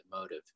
motive